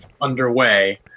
underway